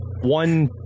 one